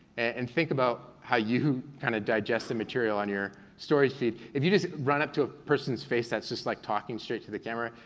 and think about how you kind of digest the material on your stories feed. if you just run up to a person's face that's just like talking straight to the camera,